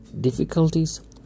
difficulties